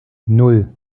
nan